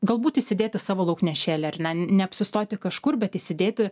galbūt įsidėti savo lauknešėlį ar ne neapsistoti kažkur bet įsidėti